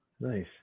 Nice